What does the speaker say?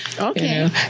Okay